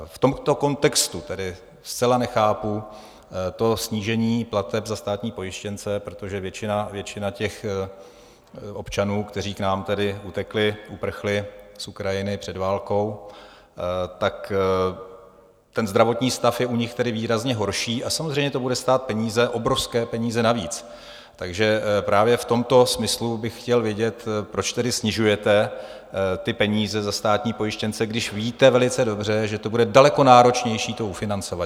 V tomto kontextu tedy zcela nechápu snížení plateb za státní pojištěnce, protože většina občanů, kteří k nám utekli, uprchli z Ukrajiny před válkou, tak ten zdravotní stav je u nich výrazně horší a samozřejmě to bude stát peníze, obrovské peníze navíc, takže právě v tomto smyslu bych chtěl vědět, proč tedy snižujete peníze za státní pojištěnce, když víte velice dobře, že bude daleko náročnější to ufinancovat.